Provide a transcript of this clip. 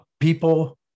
People